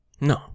No